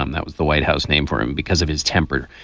um that was the white house named for him because of his temper.